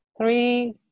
three